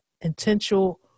intentional